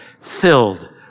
filled